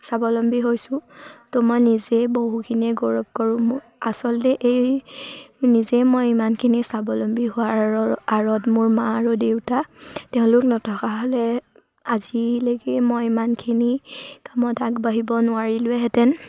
স্বাৱলম্বী হৈছোঁ ত' মই নিজে বহুখিনিয়ে গৌৰৱ কৰোঁ মোৰ আচলতে এই নিজেই মই ইমানখিনি স্বাৱলম্বী হোৱাৰ আঁৰ আঁৰত মোৰ মা আৰু দেউতা তেওঁলোক নথকা হ'লে আজিলৈকে মই ইমানখিনি কামত আগবাঢ়িব নোৱাৰিলেহেঁতেন